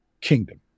kingdom